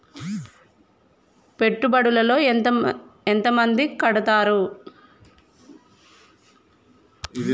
పెట్టుబడుల లో ఎంత మంది కడుతరు?